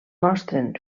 mostren